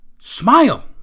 smile